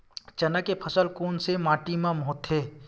चना के फसल कोन से माटी मा होथे?